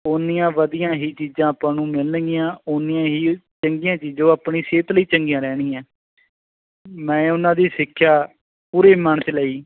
ਉੱਨੀਆਂ ਵਧੀਆਂ ਹੀ ਚੀਜ਼ਾਂ ਆਪਾਂ ਨੂੰ ਮਿਲਣਗੀਆਂ ਉੱਨੀਆਂ ਹੀ ਚੰਗੀਆਂ ਚੀਜ਼ਾਂ ਉਹ ਆਪਣੀ ਸਿਹਤ ਲਈ ਚੰਗੀਆਂ ਰਹਿਣਗੀਆਂ ਮੈਂ ਉਹਨਾਂ ਦੀ ਸਿੱਖਿਆ ਪੂਰੇ ਮਨ 'ਚ ਲਈ